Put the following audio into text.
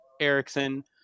Erickson